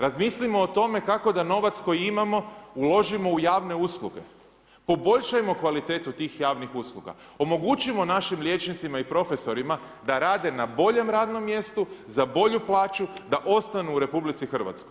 Razmislimo o tome kako da novac koji imamo uložimo u javne usluge, poboljšajmo kvalitetu tih javnih usluga, omogućimo našim liječnicima i profesorima da rade na boljem radnom mjestu, za bolju plaću, da ostanu u RH.